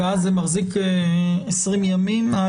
ואז זה מחזיק 20 ימים.